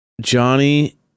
Johnny